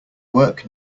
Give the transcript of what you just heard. work